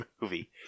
movie